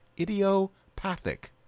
Idiopathic